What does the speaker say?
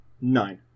Nine